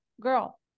girl